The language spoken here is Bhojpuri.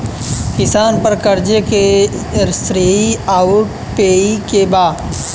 किसान पर क़र्ज़े के श्रेइ आउर पेई के बा?